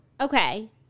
Okay